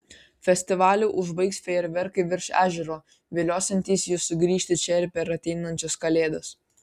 festivalį užbaigs fejerverkai virš ežero viliosiantys jus sugrįžti čia ir per ateinančias kalėdas